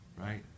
right